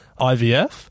IVF